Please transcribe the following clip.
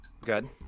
good